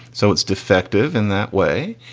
so it's defective in that way.